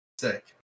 sick